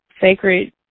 sacred